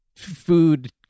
food